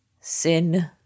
sin